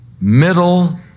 middle